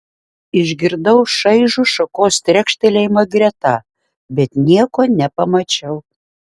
išgirdau šaižų šakos trekštelėjimą greta bet nieko nepamačiau